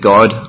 God